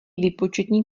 výpočetní